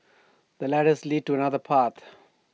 the ladders leads to another path